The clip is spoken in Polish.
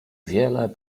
wiele